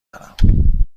دارم